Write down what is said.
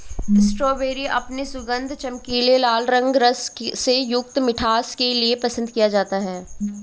strawberry अपने सुगंध, चमकीले लाल रंग, रस से युक्त मिठास के लिए पसंद किया जाता है